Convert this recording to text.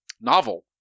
novel